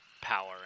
power